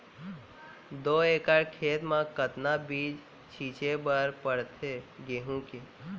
दो एकड़ खेत म कतना बीज छिंचे बर पड़थे गेहूँ के?